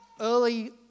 early